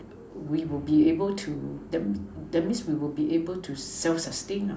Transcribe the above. we will be able to that means that means we will be able to self sustain